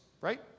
right